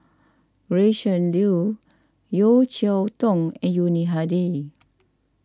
Gretchen Liu Yeo Cheow Tong and Yuni Hadi